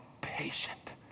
patient